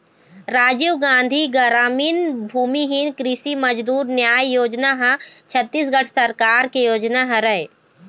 राजीव गांधी गरामीन भूमिहीन कृषि मजदूर न्याय योजना ह छत्तीसगढ़ सरकार के योजना हरय